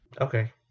Okay